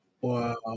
Wow